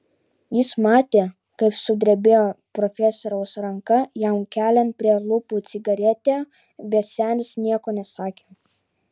jis matė kaip sudrebėjo profesoriaus ranka jam keliant prie lūpų cigaretę bet senis nieko nesakė